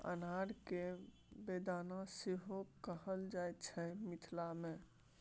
अनार केँ बेदाना सेहो कहल जाइ छै मिथिला मे